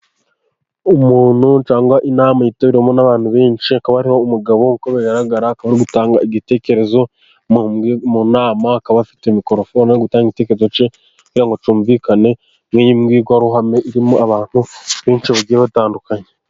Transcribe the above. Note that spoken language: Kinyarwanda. Umuntu cyangwa inama yitabiriwemo n'abantu benshi. Hakaba hari umugabo uko bigaragaraba uri gutanga igitekerezo mu nama, akaba afite mikorofoni ari gutangaka cyee kugira ngo cyumvikane, muri iyi mbwirwaruhame irimo abantu benshyi batandukanye.